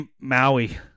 Maui